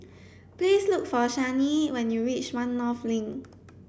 please look for Shani when you reach One North Link